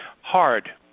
hard